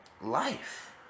life